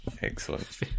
Excellent